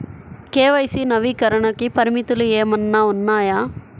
KYC నవీకరణకి పరిమితులు ఏమన్నా ఉన్నాయా?